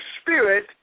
Spirit